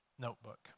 Notebook